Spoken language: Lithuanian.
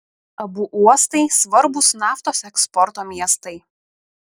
abu uostai svarbūs naftos eksporto miestai